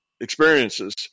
experiences